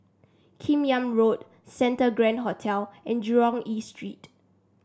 Kim Yam Road Santa Grand Hotel and Jurong East Street